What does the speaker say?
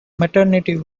maternity